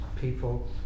people